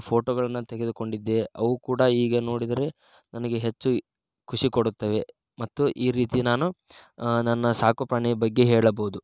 ಫೋಟೋಗಳನ್ನು ತೆಗೆದುಕೊಂಡಿದ್ದೆ ಅವು ಕೂಡ ಈಗ ನೋಡಿದರೆ ನನಗೆ ಹೆಚ್ಚು ಖುಷಿ ಕೊಡುತ್ತವೆ ಮತ್ತು ಈ ರೀತಿ ನಾನು ನನ್ನ ಸಾಕು ಪ್ರಾಣಿಯ ಬಗ್ಗೆ ಹೇಳಬೌದು